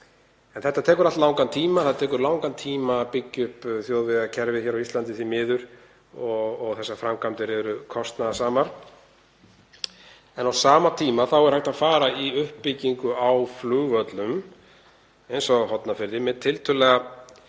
en þetta tekur allt langan tíma. Það tekur langan tíma að byggja upp þjóðvegakerfið á Íslandi, því miður, og þær framkvæmdir eru kostnaðarsamar. Á sama tíma er hægt að fara í uppbyggingu á flugvöllum eins og á Hornafirði með tiltölulega